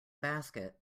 basket